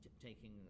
taking